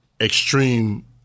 extreme